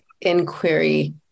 inquiry